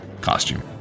costume